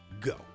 go